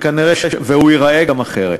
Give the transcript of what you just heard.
והוא גם ייראה אחרת.